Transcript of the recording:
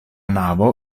navo